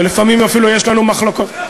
ולפעמים אפילו יש לנו מחלוקות,